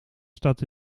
staat